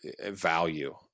value